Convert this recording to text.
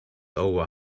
over